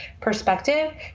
perspective